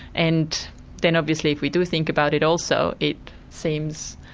and then obviously if we do think about it, also it seems